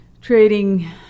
trading